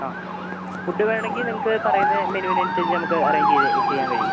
ആ ഫുഡ് വേണമെങ്കിൽ നിങ്ങൾക്ക് പറയുന്ന മെനുവിന് അനുസരിച്ച് നമുക്ക് അറേഞ്ച് ചെയ്ത് ചെയ്യാൻ കഴിയും